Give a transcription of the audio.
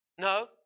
No